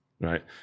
Right